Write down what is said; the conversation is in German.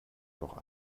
noch